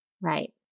Right